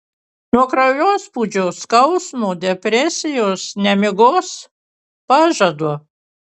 nuo kraujospūdžio skausmo depresijos nemigos pažadu